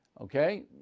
okay